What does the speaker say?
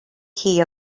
key